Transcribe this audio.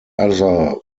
other